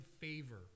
favor